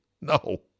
No